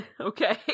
Okay